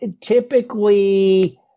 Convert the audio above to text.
Typically